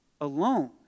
alone